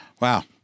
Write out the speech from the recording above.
Wow